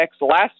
last